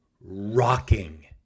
rocking